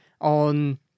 on